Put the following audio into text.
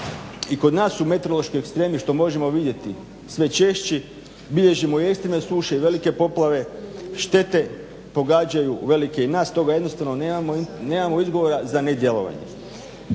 I kod nas su meteorološki ekstremi što možemo vidjeti sve češći, bilježimo ekstremne suše i velike poplave, štete pogađaju velike i nas. Toga jednostavno nema izgovora za nedjelovanje.